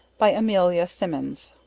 by amelia simmons